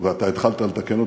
ואתה התחלת לתקן.